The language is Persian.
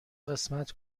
قسمت